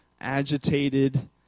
agitated